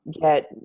get